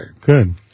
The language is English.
Good